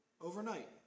overnight